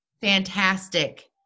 fantastic